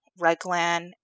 Reglan